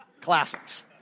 classics